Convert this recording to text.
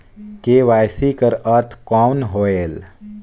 KYC कर अर्थ कौन होएल?